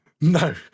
No